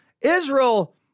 Israel